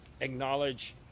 acknowledge